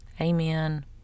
amen